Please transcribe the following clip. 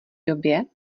době